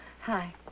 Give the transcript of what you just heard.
Hi